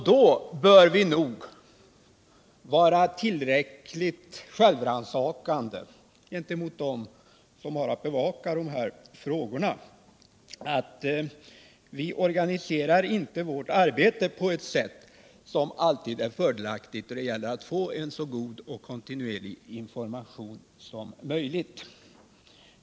Då bör vi nog vara tillräckligt självrannsakande gentemot dem som har att bevaka dessa frågor att vi konstaterar att vårt arbete inte alltid är organiserat på ett fördelaktigt sätt då det gäller att få så god och kontinuerlig information som möjligt.